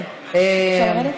אפשר לרדת?